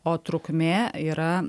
o trukmė yra